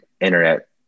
internet